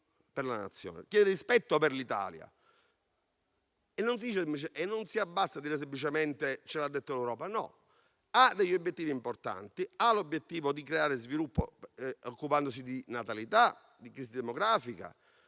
per la Nazione, chiede rispetto per l'Italia e non si abbassa a dire semplicemente che ce l'ha detto l'Europa, ma ha obiettivi importanti. Ha l'obiettivo di creare sviluppo occupandosi di natalità, di crisi demografica